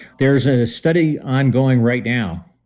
there's a study ongoing right now.